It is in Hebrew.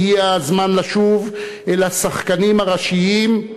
הגיע הזמן לשוב אל השחקנים הראשיים,